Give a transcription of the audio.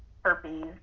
herpes